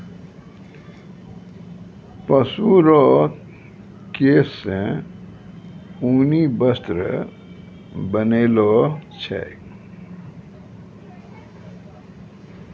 पशु रो केश से ऊनी वस्त्र बनैलो छै